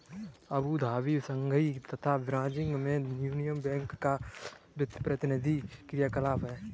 Abu Dhabi, Shanghai तथा Beijing में Union Bank का प्रतिनिधि कार्यालय है?